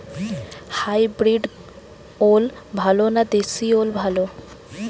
Hybrid ওল ভালো না দেশী ওল ভাল?